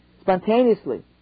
spontaneously